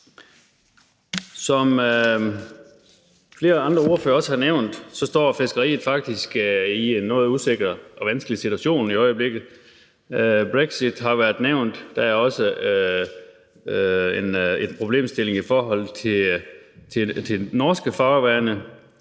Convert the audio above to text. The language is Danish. Som flere andre ordførere også har nævnt, står fiskeriet faktisk i en noget usikker og vanskelig situation i øjeblikket. Brexit har været nævnt, der er også en problemstilling i forhold til de norske farvande,